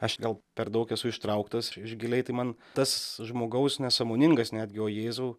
aš gal per daug esu ištrauktas iš giliai tai man tas žmogaus nesąmoningas netgi o jėzau